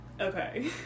Okay